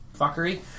fuckery